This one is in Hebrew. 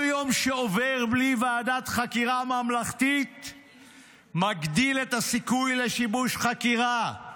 כל יום שעובר בלי ועדת חקירה ממלכתית מגדיל את הסיכוי לשיבוש חקירה,